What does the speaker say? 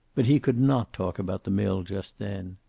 but he could not talk about the mill just then.